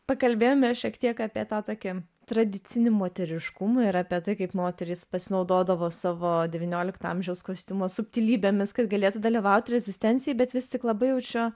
pakalbėjome šiek tiek apie tą tokį tradicinį moteriškumą ir apie tai kaip moterys pasinaudodavo savo devyniolikto amžiaus kostiumo subtilybėmis kad galėtų dalyvaut rezistencijoj bet vis tik labai jaučiu